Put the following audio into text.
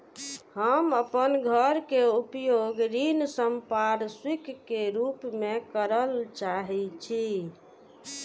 हम अपन घर के उपयोग ऋण संपार्श्विक के रूप में करल चाहि छी